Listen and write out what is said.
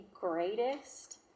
greatest